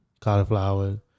cauliflower